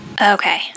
Okay